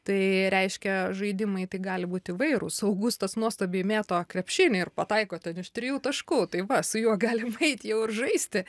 tai reiškia žaidimai tai gali būti įvairūs augustas nuostabiai mėto krepšinį ir pataiko ten iš trijų taškų tai va su juo galima eit jau ir žaisti